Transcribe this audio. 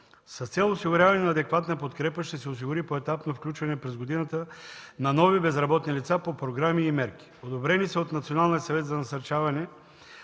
С цел осигуряване на адекватна подкрепа ще се осигури поетапно включване през годината на нови безработни лица по програми и мерки.